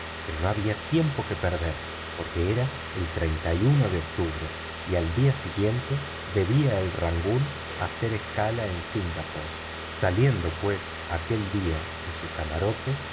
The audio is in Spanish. pero no había tiempo que perder porque era el de octubre y al día siguiente el rangoon debía hacer escala en singapore saliendo pues aquel día de su camarote